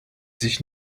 sich